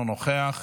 אינו נוכח,